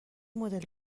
مدل